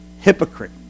hypocrite